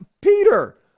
Peter